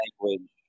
language